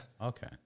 Okay